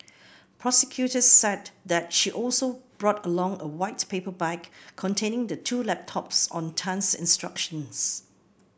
prosecutors said that she also brought along a white paper bag containing the two laptops on Tan's instructions